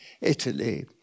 Italy